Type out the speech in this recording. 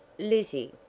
lizzie.